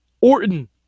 Orton